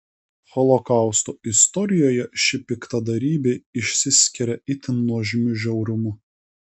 holokausto istorijoje ši piktadarybė išsiskiria itin nuožmiu žiaurumu